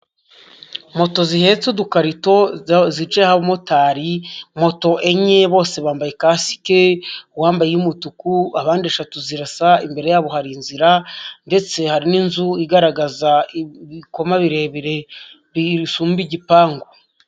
Moto zihetse udukarito zicayeho abamotari, moto enye bose bambaye kasike uwambaye iy'umutuku abandi eshatu zirasa imbere yabo hari inzira ndetse hari n'inzu igaragaza ibikoma birebire bisumba igipangu.